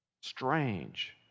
Strange